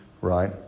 Right